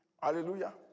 Hallelujah